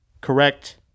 correct